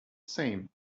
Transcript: same